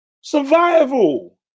Survival